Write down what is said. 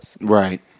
Right